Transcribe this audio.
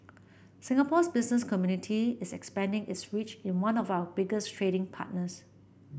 Singapore's business community is expanding its reach in one of our biggest trading partners